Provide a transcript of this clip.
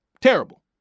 terrible